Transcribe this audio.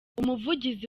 umuvugizi